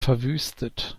verwüstet